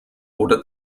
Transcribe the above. oder